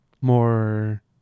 more